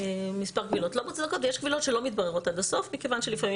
ויש קבילות שלא מתבררות עד הסוף מכיוון שלפעמים